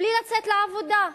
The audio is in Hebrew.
בלי לצאת לעבודה.